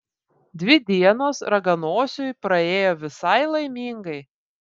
dvi dienos raganosiui praėjo visai laimingai